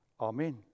Amen